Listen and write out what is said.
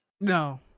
No